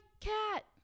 cat